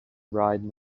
right